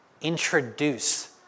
introduce